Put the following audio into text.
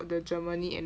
the germany and